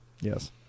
Yes